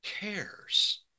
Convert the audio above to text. cares